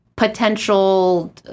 potential